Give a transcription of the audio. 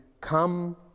come